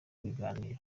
ibiganiro